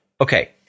okay